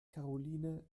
karoline